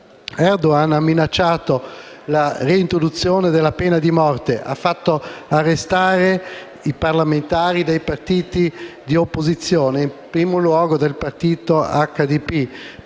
Erdogan ha minacciato la reintroduzione della pena di morte, ha fatto arrestare i parlamentari dei partiti di opposizione e, in primo luogo, del partito HDP;